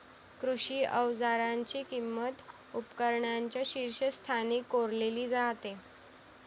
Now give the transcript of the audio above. कृषी अवजारांची किंमत उपकरणांच्या शीर्षस्थानी कोरलेली राहते